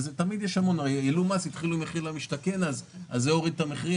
אבל התחילו מחיר למשתכן וזה הוריד את המחירים.